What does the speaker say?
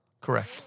Correct